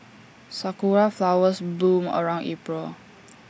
Sakura Flowers bloom around April